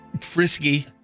frisky